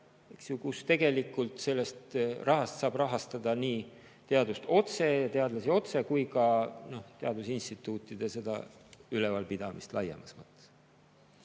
kus tegelikult sellest rahast saab rahastada nii teadust otse ja teadlasi otse kui ka teadusinstituutide ülevalpidamist laiemas mõttes.